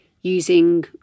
using